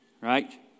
right